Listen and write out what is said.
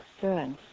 Good